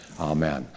Amen